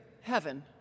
heaven